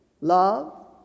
Love